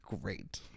great